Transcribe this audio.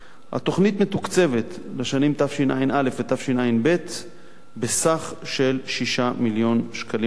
התוכנית מתוקצבת בשנים תשע"א ותשע"ב בסך של 6 מיליון שקלים לשנה,